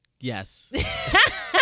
yes